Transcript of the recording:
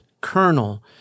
colonel